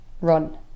Run